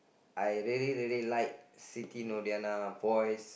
I really really like Siti Nordiana voice